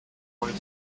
common